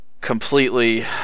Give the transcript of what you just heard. completely